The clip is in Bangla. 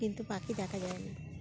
কিন্তু পাখি দেখা যায় না